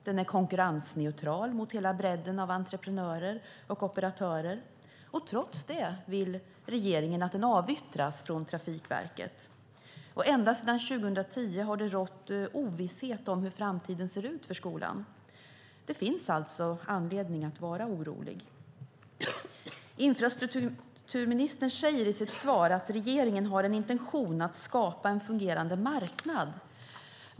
Den är konkurrensneutral mot hela bredden av entreprenörer och operatörer. Trots det vill regeringen att den avyttras från Trafikverket. Ända sedan 2010 har det rått ovisshet om hur framtiden ser ut för skolan. Det finns alltså anledning att vara orolig. Infrastrukturministern sade i sitt svar att regeringen har en intention att skapa en fungerande marknad.